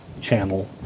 Channel